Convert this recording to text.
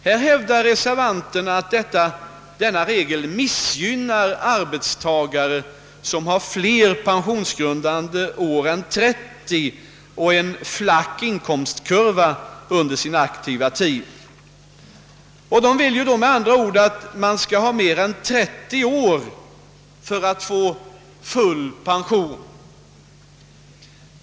Här hävdar reservanterna att denna regel missgynnar arbetstagare som har fler pensionsgrundandande år än 30 och en flack inkomstkurva under sin aktiva tid. Reservanterna vill med andra ord att man skall ha mer än 30 pensionsgrundade år för att få full pension.